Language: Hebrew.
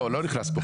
לא, לא נכנס כאן.